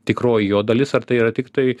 tikroji jo dalis ar tai yra tiktai